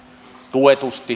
tuetusti